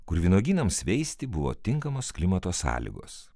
kur vynuogynams veisti buvo tinkamos klimato sąlygos